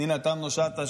פנינה תמנו שטה,